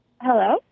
Hello